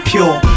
Pure